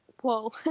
Whoa